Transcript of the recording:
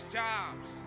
jobs